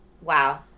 Wow